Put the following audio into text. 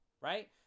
right